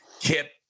Kip